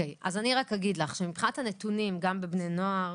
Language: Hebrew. אז אני רק אגיד לך שמבחינת הנתונים בבני נוער,